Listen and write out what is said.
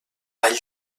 vall